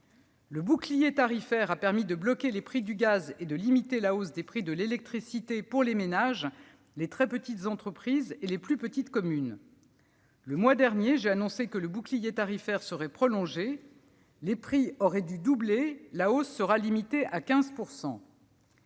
Le bouclier tarifaire a permis de bloquer les prix du gaz et de limiter la hausse des prix de l'électricité pour les ménages, les très petites entreprises et les plus petites communes. Le mois dernier, j'ai annoncé que le bouclier tarifaire serait prolongé. Alors que les prix auraient dû doubler, la hausse sera limitée à 15 %.